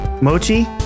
Mochi